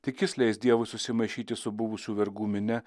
tik jis leis dievui susimaišyti su buvusių vergų minia